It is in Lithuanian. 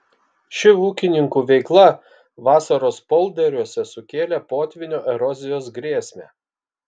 ši ūkininkų veikla vasaros polderiuose sukėlė potvynio erozijos grėsmę